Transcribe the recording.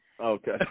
Okay